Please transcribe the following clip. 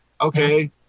Okay